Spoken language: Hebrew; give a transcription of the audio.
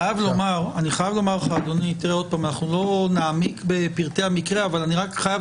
אנחנו לא נעמיק בפרטי המקרה אבל אני רק חייב